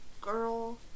Girl